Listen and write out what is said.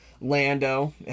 Lando